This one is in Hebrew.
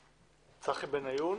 צחי בן עיון,